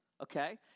Okay